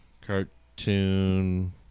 cartoon